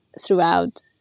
throughout